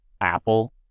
Apple